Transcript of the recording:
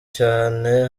cane